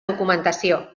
documentació